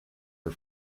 are